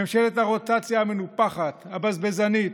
ממשלת הרוטציה המנופחת, הבזבזנית,